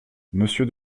monsieur